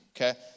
okay